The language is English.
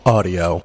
Audio